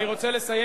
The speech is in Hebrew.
אני רוצה לסיים,